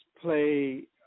play